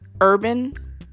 urban